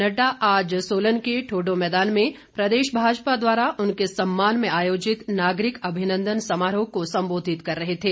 नड्डा आज सोलन के ठोडो मैदान में प्रदेश भाजपा द्वारा उनके सम्मान में आयोजित नागरिक अभिनंदन समारोह को संबोधित कर रहे थे